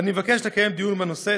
ואני מבקש לקיים דיון בנושא.